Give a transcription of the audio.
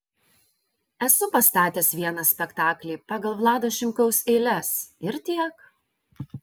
esu pastatęs vieną spektaklį pagal vlado šimkaus eiles ir tiek